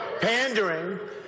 pandering